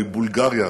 מבולגריה,